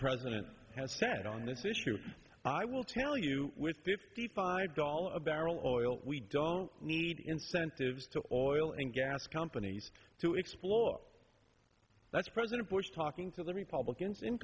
president has said on this issue i will tell you with fifty five dollars a barrel oil we don't need incentives to avoid and gas companies to explore that's president bush talking to the republicans in